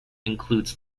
includes